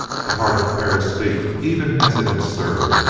the heart of perris leaped even as it had stirred,